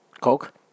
coke